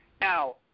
Now